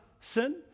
sin